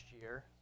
year